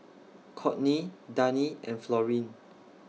Courtney Dani and Florene